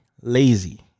lazy